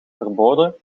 verboden